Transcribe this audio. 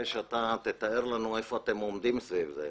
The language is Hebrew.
שאתה תתאר לנו היכן אתם עומדים סביב זה.